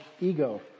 ego